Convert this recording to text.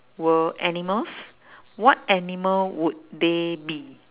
were animals what animal would they be